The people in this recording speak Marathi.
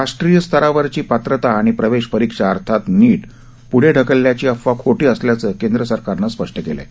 राष्ट्रीय स्तरावरची पात्रता आणि प्रवेश परिक्षा अर्थात नीट पुढे ढकलल्याची अफवा खोटी असल्याचं केंद्र सरकारनं स्पष्ट केलं आहे